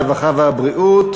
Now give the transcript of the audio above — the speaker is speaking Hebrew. הרווחה והבריאות